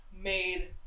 made